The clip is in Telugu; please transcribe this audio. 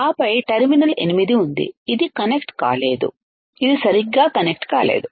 ఆపై టెర్మినల్ 8 ఉంది ఇది కనెక్ట్ కాలేదు ఇది సరిగ్గా కనెక్ట్ కాలేదు